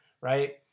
right